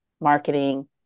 marketing